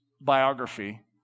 biography